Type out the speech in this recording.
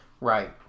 Right